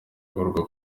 bikorwa